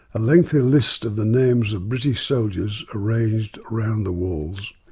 a lengthy list of the names of british soldiers arraigned round the walls.